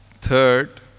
Third